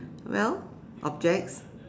well objects